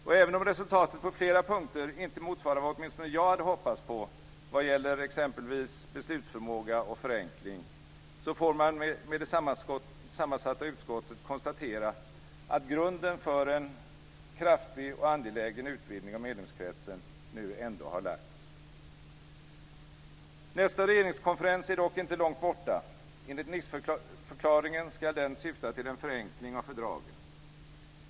Och även om resultatet på flera punkter inte motsvarar vad åtminstone jag hade hoppats på vad gäller exempelvis beslutsförmåga och förenkling, får man med det sammansatta utskottet konstatera att grunden för en kraftig och angelägen utvidgning av medlemskretsen nu ändå har lagts. Nästa regeringskonferens är dock inte långt borta. Enligt Niceförklaringen ska den syfta till en förenkling av fördragen.